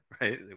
right